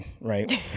right